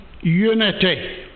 Unity